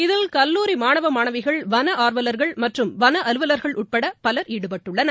இதில் கல்லூரி மாணவ மாணவிகள் வன ஆர்வலர்கள் மற்றும் வன அலுவலர்கள் உட்பட பலர் ஈடுபட்டுள்ளனர்